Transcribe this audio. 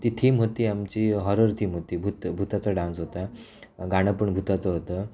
ती थीम होती आमची हॉरर थीम होती भुतं भुताचा डान्स होता गाणं पण भुताचं होतं